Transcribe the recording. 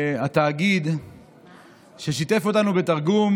יכול להיות שייקח לי כמה שניות קצת יותר,